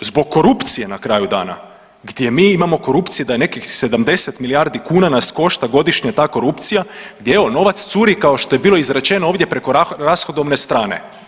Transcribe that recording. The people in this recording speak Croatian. zbog korupcije, na kraju dana, gdje mi imamo korupcije da je nekih 70 milijardi kuna nas košta godišnje ta korupcija, gdje evo novac curi kao što je bilo izrečeno ovdje preko rashodovne strane.